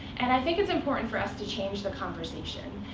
and i think it's important for us to change the conversation,